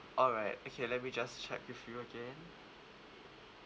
alright okay let me just check with you again